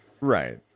right